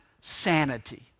sanity